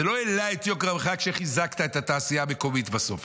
זה לא העלה את יוקר המחיה כשחיזקת את התעשייה המקומית בסוף.